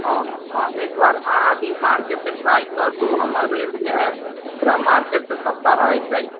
हम हँ एक बार अहाँ भी मार्केटसँ ट्राइ कर लू हमर रेट जे हइ पूरा मार्केटसँ सस्ता रहैत छै